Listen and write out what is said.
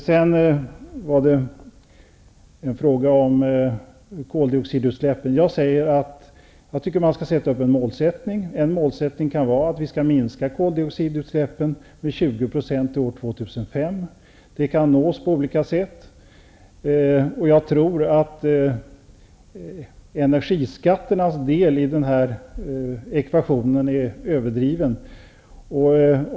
Sedan ställdes en fråga om koldioxidutsläppen. Jag tycker att man skall sätta upp ett mål. Målsättningen kan vara att vi skall minska koldioxidutsläppen med 20 % till år 2005. Detta kan nås på olika sätt. Jag tror att energiskatternas del i den här ekvationen är överdriven.